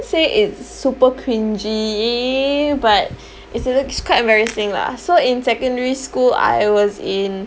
say it's super cringey but is it looks quite embarrassing lah so in secondary school I was in